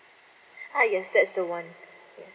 ah yes that's the one yes